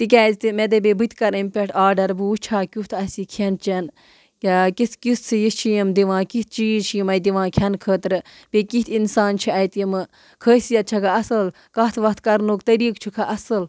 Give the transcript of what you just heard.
تِکیٛازِ تہِ مےٚ دٔبے بہٕ تہِ کَرٕ امہِ پٮ۪ٹھ آرڈر بہٕ وٕچھٕ ہا کیُتھ اَسہِ یہِ کھٮ۪ن چٮ۪ن کیٛاہ کِتھ کِژھ یہِ چھِ یِم دِوان کِتھ چیٖز چھِ یِم اَتہِ دِوان کھٮ۪نہٕ خٲطرٕ بیٚیہِ کِتھ اِنسان چھِ اَتہِ یِمہٕ خٲصیَت چھَکھا اَصٕل کَتھ وَتھ کَرنُک طٔریٖقہٕ چھُکھا اَصٕل